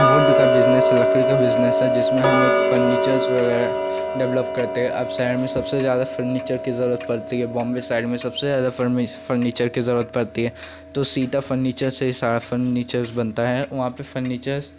would का business लकड़ी का बिज़नेस है जिसमें हम लोग फर्नीचर्स वग़ैरह डेवलप करते हैं अब शहर में सबसे ज़्यादा फर्नीचर की ज़रूरत पड़ती है बोम्बे साइड सबसे ज़्यादा फर्मी फर्नीचर की ज़रूरत पड़ती है तो सीता फर्नीचर से ही सारा फर्नीचर्स बनता है वहाँ पर फर्नीचर्स